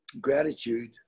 gratitude